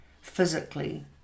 physically